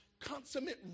consummate